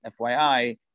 FYI